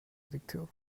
addictive